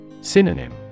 Synonym